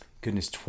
Goodness